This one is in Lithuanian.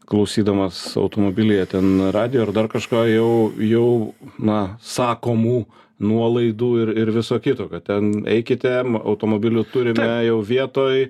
klausydamas automobilyje ten radijo ar dar kažko jau jau na sakomų nuolaidų ir ir viso kito kad ten eikite automobilių turime jau vietoj